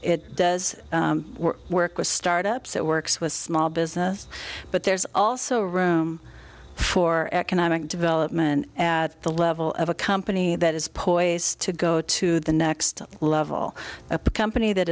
it does work with startups it works with small business but there's also room for economic development at the level of a company that is poised to go to the next level a company that